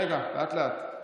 רגע, לאט-לאט.